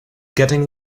getting